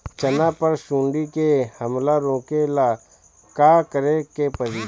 चना पर सुंडी के हमला रोके ला का करे के परी?